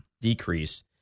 decrease